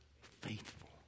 Faithful